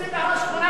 רוצים להרוס שכונה,